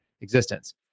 existence